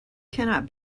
cannot